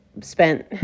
spent